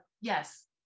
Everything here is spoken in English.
Yes